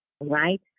right